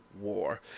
war